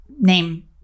name